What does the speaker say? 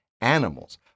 animals